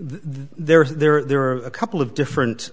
court there is there are a couple of different